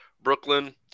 Brooklyn